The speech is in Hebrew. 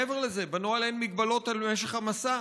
מעבר לזה, בנוהל אין הגבלות על משך המסע.